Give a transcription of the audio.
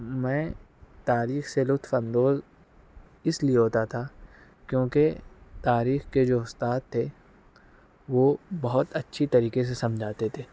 میں تاریخ سے لطف اندوز اس لیے ہوتا تھا کیونکہ تاریخ کے جو استاد تھے وہ بہت اچھی طریقے سے سمجھاتے تھے